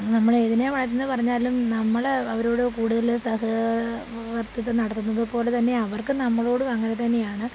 നമ്മൾ ഇതിനെ വളർത്തുന്നത് പറഞ്ഞാലും നമ്മൾ അവരോട് കൂടുതൽ സഹകരണം വർത്തിത്വം നടത്തുന്നത് പോലെ തന്നെ അവർക്കും നമ്മളോട് അങ്ങനെ തന്നെയാണ്